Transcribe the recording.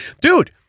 dude